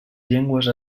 llengües